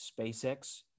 SpaceX